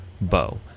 bow